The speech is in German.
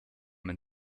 man